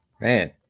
Man